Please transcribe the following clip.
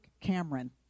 Cameron